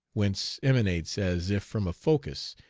whence emanates as if from a focus,